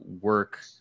work